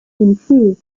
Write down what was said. improved